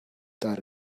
that